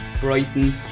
Brighton